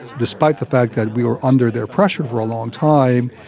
despite the fact that we were under their pressure for a long time,